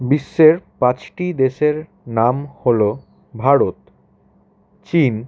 বিশ্বের পাঁচটি দেশের নাম হলো ভারত চীন